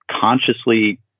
consciously